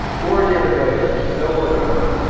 four years later, still working on it.